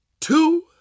two